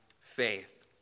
faith